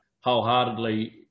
wholeheartedly